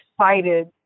excited